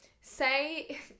say